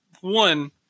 one